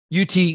UT